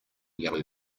yellow